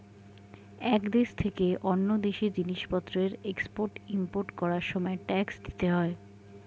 এক দেশ থেকে অন্য দেশে জিনিসপত্রের এক্সপোর্ট ইমপোর্ট করার সময় ট্যাক্স দিতে হয়